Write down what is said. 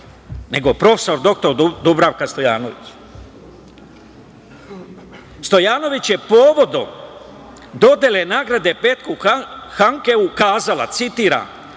nego prof. dr Dubravka Stojanović. Stojanović je povodom dodele nagrade Petru Handkeu kazala, citiram: